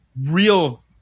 real